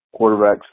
quarterbacks